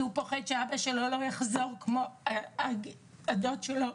הוא פוחד שאבא שלו לא יחזור כמו הדוד שנפטר.